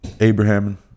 Abraham